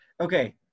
okay